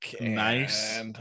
Nice